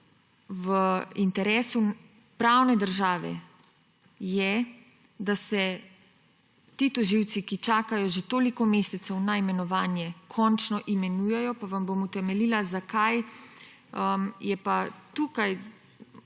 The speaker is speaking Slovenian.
v interesu pravne države je, da se ti tožilci, ki čakajo že toliko mesecev na imenovanje, končno imenujejo, pa vam bom utemeljila, zakaj je pa tukaj